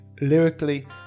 Lyrically